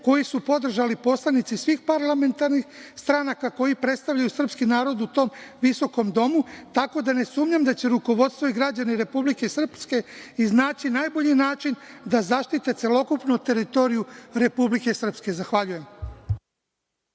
koji su podržali poslanici svih parlamentarnih stranaka koji predstavljaju srpski narod u tom visokom domu, tako da ne sumnjam da će rukovodstvo i građani Republike Srpske iznaći najbolji način da zaštite celokupnu teritoriju Republike Srpske. Zahvaljujem.